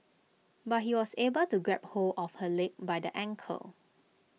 but he was able to grab hold of her leg by the ankle